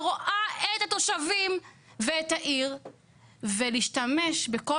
ורואה את התושבים ואת העיר ולהשתמש בכל